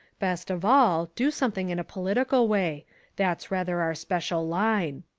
best of all, do something in a political way that's rather our special line.